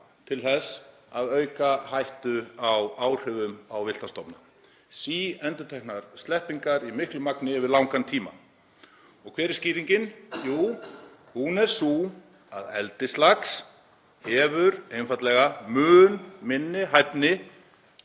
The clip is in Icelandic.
til þess að auka hættu á áhrifum á villta stofna — síendurteknar sleppingar í miklu magni yfir langan tíma. Og hver er skýringin? Jú, hún er sú að eldislax hefur einfaldlega mun minni hæfni